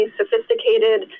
sophisticated